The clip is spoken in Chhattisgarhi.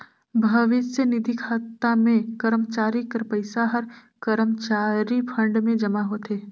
भविस्य निधि खाता में करमचारी कर पइसा हर करमचारी फंड में जमा होथे